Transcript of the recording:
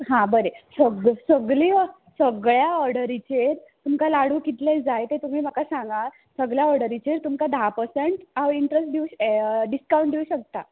हा बरें सग सगली सगळ्या ऑडरीचेर तुमकां लाडू कितले जाय तें तुमी म्हाका सांगां सगल्या ऑडरीचेर तुमकां धा पसंट हांव इंट्रस दिवं श् यें डिसकावण डिवं शकता